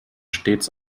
stets